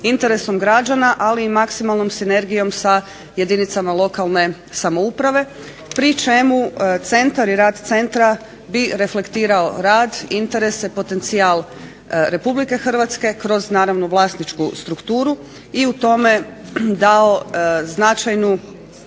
interesom građana, ali i maksimalnom sinergijom sa jedinicama lokalne samouprave pri čemu centar i rad centra bi reflektirao rad, interese, potencijal Republike Hrvatske kroz naravno vlasničku strukturu i u tome dao značajnu